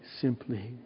simply